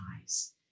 eyes